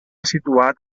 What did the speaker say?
situat